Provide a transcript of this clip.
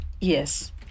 Yes